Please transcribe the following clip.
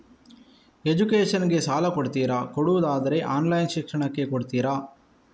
Education ಗೆ ಸಾಲ ಕೊಡ್ತೀರಾ, ಕೊಡುವುದಾದರೆ ಆನ್ಲೈನ್ ಶಿಕ್ಷಣಕ್ಕೆ ಕೊಡ್ತೀರಾ?